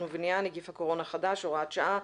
ובנייה (נגיף הקורונה החדש הוראת שעה),